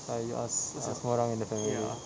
like you ask semua orang in the family